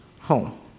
home